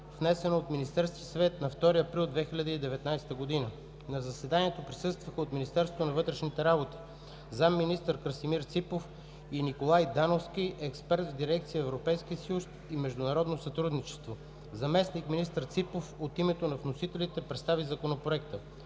внесено от Министерския съвет на 2 април 2019 г. На заседанието присъстваха от Министерството на вътрешните работи – заместник-министър Красимир Ципов, и Николай Дановски – експерт в дирекция „Европейски съюз и международно сътрудничество“. Заместник-министър Ципов от името на вносителите представи Законопроекта.